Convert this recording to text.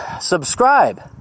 Subscribe